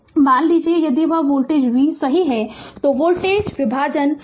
Refer Slide Time 2315 मान लीजिए यदि यह वोल्टेज v सही है तो वोल्टेज विभाजन vx है